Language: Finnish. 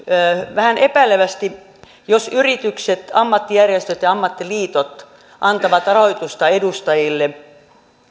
vähän epäilevästi siihen jos yritykset ammattijärjestöt ja ammattiliitot antavat rahoitusta edustajille